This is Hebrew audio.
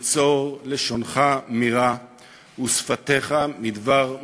נצֹר לשונך מרע ושפתיך מדבר מרמה.